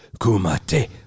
Kumate